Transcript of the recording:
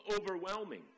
overwhelming